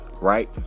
right